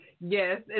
Yes